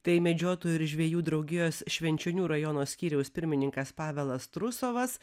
tai medžiotojų ir žvejų draugijos švenčionių rajono skyriaus pirmininkas pavelas trusovas